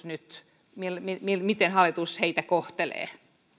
nyt hallitus heitä kohtelee